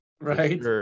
Right